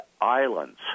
islands